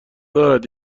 دارد